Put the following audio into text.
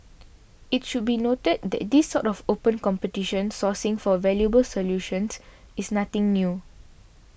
it should be noted that this sort of open competition sourcing for valuable solutions is nothing new